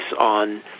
on